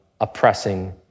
oppressing